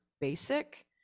basic